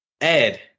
Ed